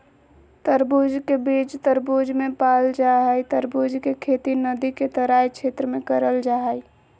तरबूज के बीज तरबूज मे पाल जा हई तरबूज के खेती नदी के तराई क्षेत्र में करल जा हई